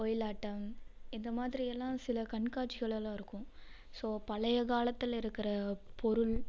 ஒயிலாட்டம் இது மாதிரி எல்லாம் சில கண்காட்சிகள் எல்லாம் இருக்கும் ஸோ பழைய காலத்தில் இருக்கிற பொருள்